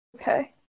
Okay